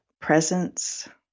presence